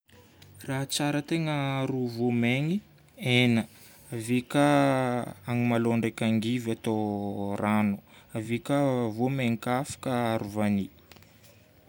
Raha tsara tegna aharo voamaigny: hena. Ave ka agnamalaho ndraiky angivy atao rano. Ave ka voamaigny ka afaka aharo vanio.